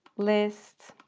list,